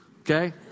Okay